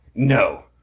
No